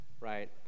right